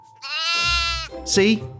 See